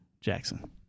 Jackson